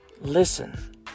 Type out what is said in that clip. Listen